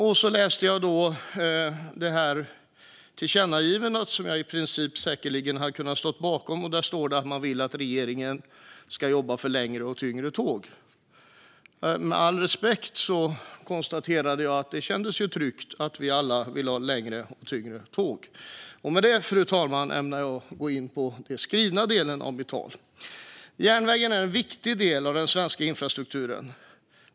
Och så läste jag det här tillkännagivandet, som jag i princip säkerligen hade kunnat stå bakom. Där står det att man vill att regeringen ska jobba för längre och tyngre tåg. Med all respekt konstaterade jag att det kändes tryggt att vi alla vill ha längre och tyngre tåg. Med det, fru talman, ämnar jag gå in på den skrivna delen av mitt tal. Järnvägen är en viktig del av den svenska infrastrukturen.